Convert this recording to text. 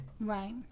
right